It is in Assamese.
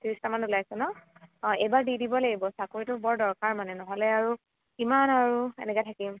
ত্ৰিছটামান ওলাইছে ন অ' এইবাৰ দি দিব লাগিব চাকৰিটো বৰ দৰকাৰ মানে নহ'লে আৰু কিমান আৰু এনেকৈ থাকিম